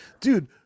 dude